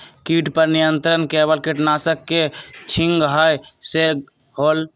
किट पर नियंत्रण केवल किटनाशक के छिंगहाई से होल?